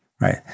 Right